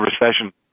recession